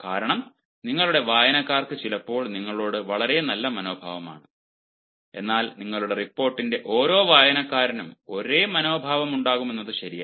കാരണം നിങ്ങളുടെ വായനക്കാർക്ക് ചിലപ്പോൾ നിങ്ങളോട് വളരെ നല്ല ഒരു മനോഭാവമാണ് എന്നാൽ നിങ്ങളുടെ റിപ്പോർട്ടിന്റെ ഓരോ വായനക്കാരനും ഒരേ മനോഭാവമുണ്ടെന്നത് ശരിയല്ല